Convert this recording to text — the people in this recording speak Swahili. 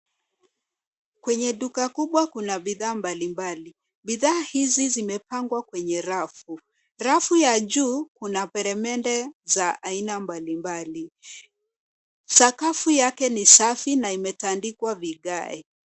Kwenye duka kubwa kuna bidhaa mbalimbali. Bidhaa hizi zimepangwa kwenye rafu. Rafu ya juu, kuna peremende za aina mbalimbali. Sakafu yake ni safi na imetandikwa vigae.